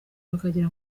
bakagira